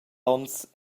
onns